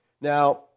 Now